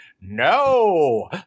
No